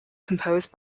composed